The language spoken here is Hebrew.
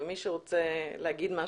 ומי שרוצה להגיד משהו,